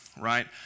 right